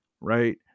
right